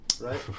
right